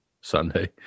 Sunday